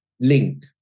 link